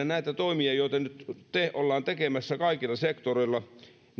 näitä toimia ollaan nyt tekemässä kaikilla sektoreilla